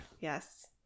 Yes